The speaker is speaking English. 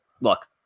look